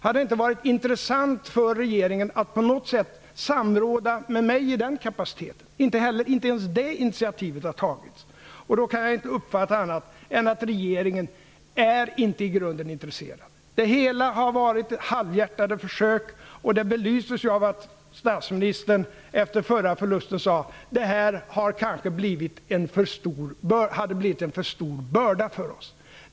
Hade det inte varit intressant för regeringen att på något sätt samråda med mig i den kapaciteten? Inte ens det initiativet har tagits. Jag kan inte uppfatta det på något annat sätt än att regeringen i grunden inte är intresserad. Det har gjorts halvhjärtade försök, och det belyses av att statsministern efter förra förlusten sade att det kanske hade blivit en för stor börda för oss.